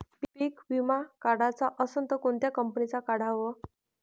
पीक विमा काढाचा असन त कोनत्या कंपनीचा काढाव?